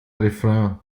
refrain